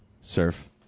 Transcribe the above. Surf